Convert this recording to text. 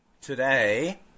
today